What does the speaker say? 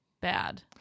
bad